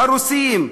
הרוסים,